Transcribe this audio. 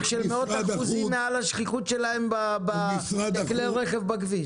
של מאות אחוזים מעל שכיחותן בכלי רכב בכביש.